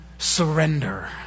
Surrender